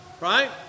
Right